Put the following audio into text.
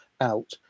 out